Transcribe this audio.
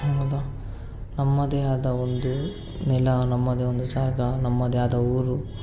ಆದ ನಮ್ಮದೇ ಆದ ಒಂದು ನೆಲ ನಮ್ಮದೇ ಒಂದು ಜಾಗ ನಮ್ಮದೇ ಆದ ಊರು